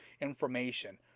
information